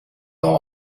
thaw